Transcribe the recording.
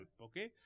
okay